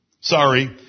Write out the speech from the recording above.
Sorry